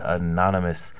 anonymous